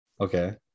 Okay